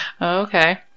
okay